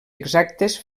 exactes